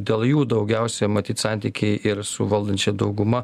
dėl jų daugiausiai matyt santykiai ir su valdančia dauguma